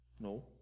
No